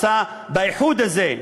מצא באיחוד הזה,